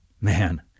Man